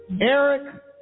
Eric